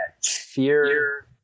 fear